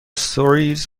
stories